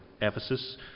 Ephesus